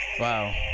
Wow